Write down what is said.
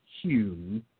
hue